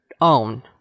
own